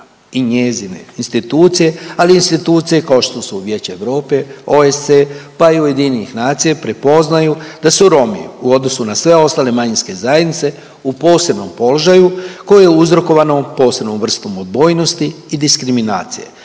i njezine institucije, ali i institucije kao što su Vijeće Europe, OESC, pa i Ujedinjene nacije prepoznaju da su Romi u odnosu na sve ostale manjinske zajednice u posebnom položaju koje je uzrokovano posebnom vrstom odbojnosti i diskriminacije.